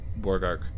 Borgark